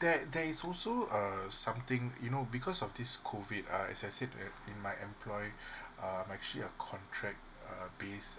there there is also err something you know because of this COVID ah as I said uh in my employ uh I am actually a contract uh base